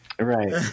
Right